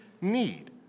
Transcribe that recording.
need